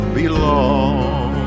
belong